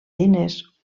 diners